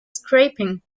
scraping